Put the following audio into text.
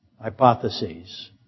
hypotheses